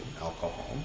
alcohol